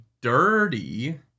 dirty